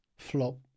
flop